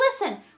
listen